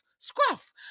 scruff